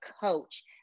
coach